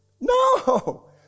No